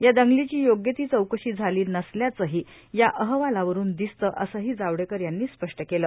या दंगलीची योग्य ती चौकशी झाली बसल्याचंही या अहवालावरून दिसतं असंही जावडेकर यांनी स्पष्ट केलं